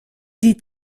die